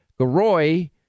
Garoy